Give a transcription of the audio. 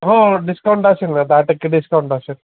हो हो डिकाउंट असेल ना दहा टक्के डिस्काऊंट असेल